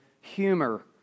humor